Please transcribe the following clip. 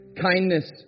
kindness